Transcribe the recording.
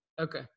Okay